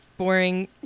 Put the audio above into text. Boring